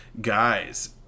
guys